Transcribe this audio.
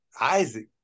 Isaac